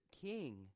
king